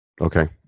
Okay